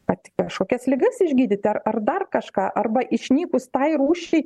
kad kažkokias ligas išgydyti ar ar dar kažką arba išnykus tai rūšiai